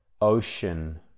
ocean